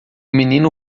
menino